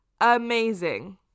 amazing